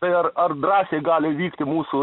tai ar ar drąsiai gali vykti mūsų